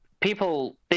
people